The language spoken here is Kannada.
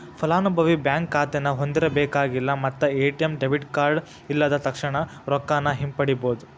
ಫಲಾನುಭವಿ ಬ್ಯಾಂಕ್ ಖಾತೆನ ಹೊಂದಿರಬೇಕಾಗಿಲ್ಲ ಮತ್ತ ಎ.ಟಿ.ಎಂ ಡೆಬಿಟ್ ಕಾರ್ಡ್ ಇಲ್ಲದ ತಕ್ಷಣಾ ರೊಕ್ಕಾನ ಹಿಂಪಡಿಬೋದ್